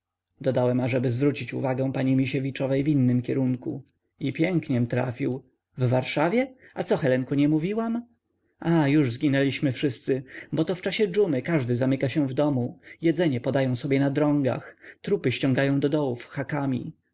dodałem ażeby zwrócić uwagę pani misiewiczowej w innym kierunku i piękniem trafił gdyż jak moja staruszka nie wrzaśnie dżuma tu w warszawie a co helenko nie mówiłam aaa już zginęliśmy wszyscy boto w czasie dżumy każdy zamyka się w domu jedzenie podają sobie na drągach trupy ściągają do dołów hakami